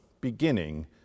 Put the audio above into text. beginning